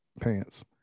pants